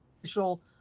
official